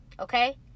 Okay